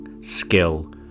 skill